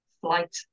flight